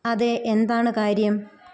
അതെ എന്താണ് കാര്യം